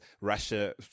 Russia